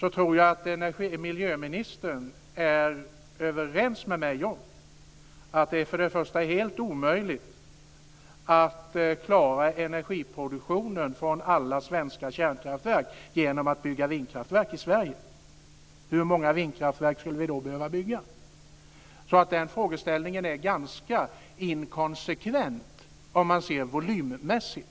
främst tror jag att energi och miljöministern är överens med mig om att det är helt omöjligt att klara energiproduktionen från alla svenska kärnkraftverk genom att bygga vindkraftverk i Sverige. Hur många vindkraftverk skulle vi då behöva bygga? Den frågeställningen är alltså ganska inkonsekvent om man ser volymmässigt.